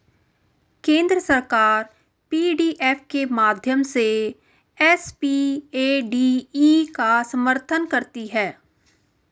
केंद्र सरकार पी.डी.एफ के माध्यम से एस.पी.ए.डी.ई का समर्थन करती है